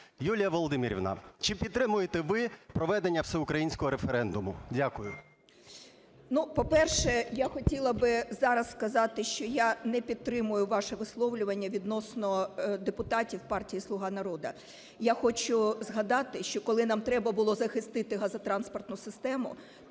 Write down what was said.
Юлія Володимирівна, чи підтримуєте ви проведення всеукраїнського референдуму? Дякую. 13:21:34 ТИМОШЕНКО Ю.В. По-перше, я хотіла би зараз сказати, що я не підтримую ваше висловлювання відносно депутатів партії "Слуга народу". Я хочу згадати, що коли нам треба було захистити газотранспортну систему,